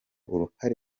uruhare